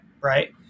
Right